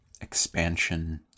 expansion